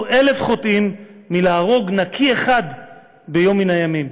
אלף חוטאים מלהרוג נקי אחד ביום מן הימים.